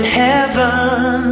heaven